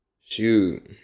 Shoot